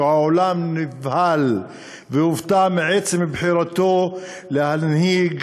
שהעולם נבהל והופתע מעצם בחירתו להנהיג